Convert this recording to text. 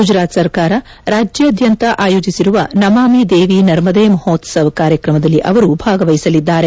ಗುಜರಾತ್ ಸರ್ಕಾರ ರಾಜ್ಯಾದ್ಯಂತ ಆಯೋಜಿಸಿರುವ ನಮಾಮಿ ದೇವಿ ನರ್ಮದೇ ಮಹೋತ್ಸವ್ ಕಾರ್ಯಕ್ರಮದಲ್ಲಿ ಅವರು ಭಾಗವಹಿಸಲಿದ್ದಾರೆ